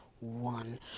one